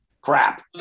crap